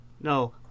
no